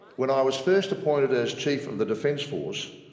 when i was first appointed as chief of the defence force,